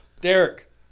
Derek